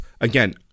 again